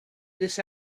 this